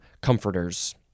comforters